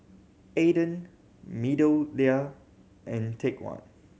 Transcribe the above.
Aden MeadowLea and Take One